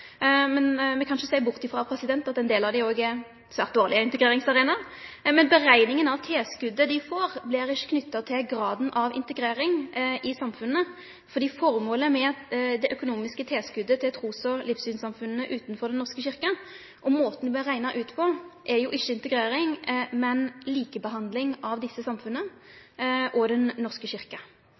Men me kan ikkje sjå bort frå at ein del av dei òg er svært dårlege integreringsarenaer. Men utrekninga av tilskotet dei får, blir ikkje knytt til graden av integrering i samfunnet fordi formålet med det økonomiske tilskotet til trus- og livssynssamfunnet utanfor Den norske kyrkja, måten det blir rekna ut på, er ikkje integrering, men likebehandling av desse samfunna og Den norske